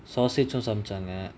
sausage uh சமச்சாங்க:samachaanga